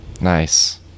Nice